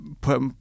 put